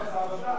זו עבודה.